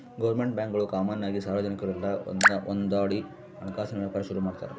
government ಬ್ಯಾಂಕ್ಗುಳು common ಆಗಿ ಸಾರ್ವಜನಿಕುರ್ನೆಲ್ಲ ಒಂದ್ಮಾಡಿ ಹಣಕಾಸಿನ್ ವ್ಯಾಪಾರ ಶುರು ಮಾಡ್ತಾರ